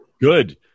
Good